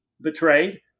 betrayed